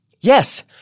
Yes